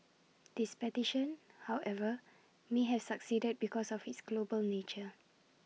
this petition however may have succeeded because of its global nature